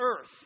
earth